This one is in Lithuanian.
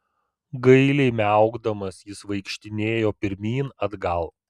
gailiai miaukdamas jis vaikštinėjo pirmyn atgal